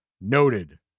noted